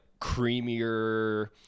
creamier